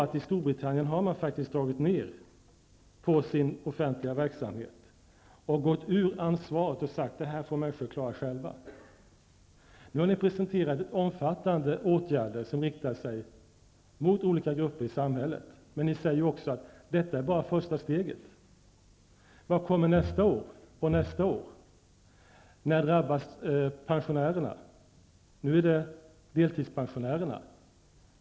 Men i Storbritannien har man faktiskt dragit ned på den offentliga verksamheten och gått ur ansvaret och sagt att människor får klara detta själva. Nu har regeringen presenterat omfattande åtgärder som riktar sig mot olika grupper i samhället. Men regeringen säger också att detta är bara första steget. Vad kommer nästa år och året därpå? När drabbas pensionärerna? Nu är det deltidspensionärerna som drabbas.